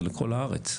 זה לכל הארץ.